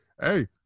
hey